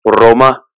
Roma